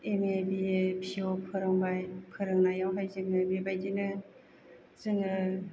M A B A P अ फोरोंबाय फोरोंनायावहाय जोङो बेबायदिनो जोङो